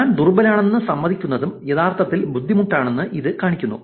ഞാൻ ദുർബലനാണെന്ന് സമ്മതിക്കുന്നതും യഥാർത്ഥത്തിൽ ബുദ്ധിമുട്ടാണെന്ന് ഇത് കാണിക്കുന്നു